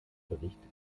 bericht